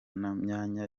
myanya